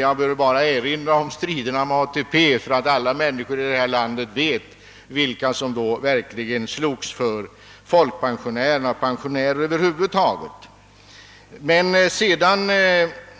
Jag behöver bara erinra om striderna kring ATP; alla människor här i landet vet vilka som då verkligen slogs för fokpensionärerna och pensionärer över huvud taget.